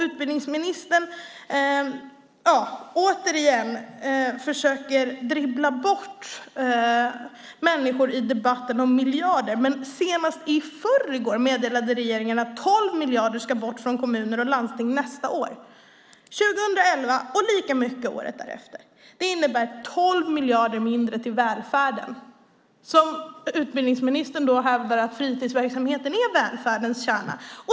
Utbildningsministern försöker återigen dribbla bort människor i debatten om miljarder. Men senast i förrgår meddelade regeringen att 12 miljarder ska bort från kommuner och landsting nästa år, 2011, och lika mycket året därefter. Det innebär 12 miljarder mindre för välfärden. Utbildningsministern hävdar att fritidsverksamheten är välfärdens kärna.